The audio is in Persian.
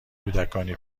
کودکانی